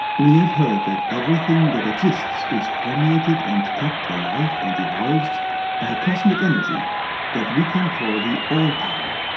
we have heard that everything that exists is permeated and kept alive and evolves by a cosmic energy that we can call the all-power,